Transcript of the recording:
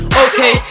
Okay